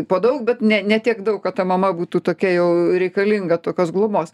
po daug bet ne ne tiek daug kad ta mama būtų tokia jau reikalinga tokios globos